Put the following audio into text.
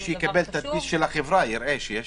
מי שיקבל תדפיס של החברה יראה שיש עיכוב הליכים.